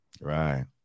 Right